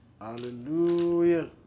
hallelujah